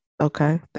Okay